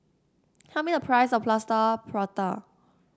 tell me the price of Plaster Prata